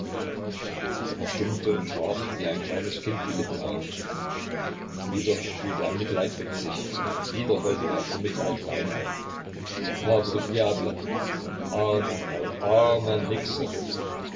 er verstummte und warf wie ein kleines kind die lippen auf wieder fühlte er mitleid mit sich wieder wollte er vor mitleid weinen pauvre diable armer kerl